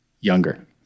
Younger